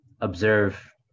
observe